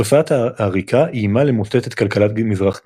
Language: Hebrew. תופעת העריקה איימה למוטט את כלכלת מזרח גרמניה.